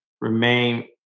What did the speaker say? remain